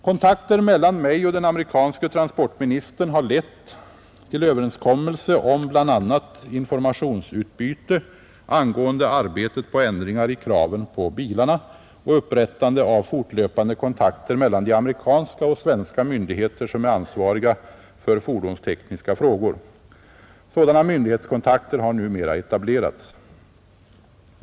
Kontakter mellan mig och den amerikanske transportministern har lett till överenskommelse om bl.a. informationsutbyte angående arbetet på ändringar i kraven på bilarna och upprättande av fortlöpande kontakter mellan de amerikanska och svenska myndigheter som är ansvariga för fordonstekniska frågor. Sådana myndighetskontakter har numera etablerats.